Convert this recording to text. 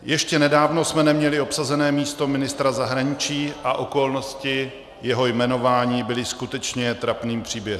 Ještě nedávno jsme neměli obsazené místo ministra zahraničí a okolnosti jeho jmenování byly skutečně trapným příběhem.